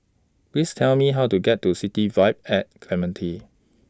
Please Tell Me How to get to City Vibe At Clementi